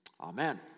Amen